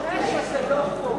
המשמעות היא שזה לא חוק.